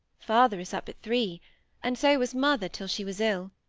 father is up at three and so was mother till she was ill.